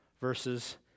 verses